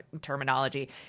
terminology